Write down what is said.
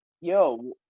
yo